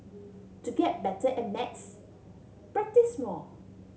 to get better at maths practise more